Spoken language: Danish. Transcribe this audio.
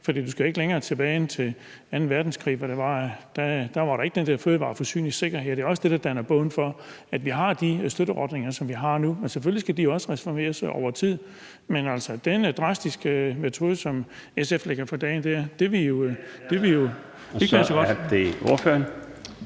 du skal ikke længere tilbage end til anden verdenskrig, hvor der ikke var den der fødevareforsyningssikkerhed, og det er også det, der danner bund for, at vi har de støtteordninger, som vi har nu. Selvfølgelig skal de også reformeres over tid, men altså den drastiske metode, som SF lægger for dagen, ville ikke være så godt. Kl. 22:04 Den fg.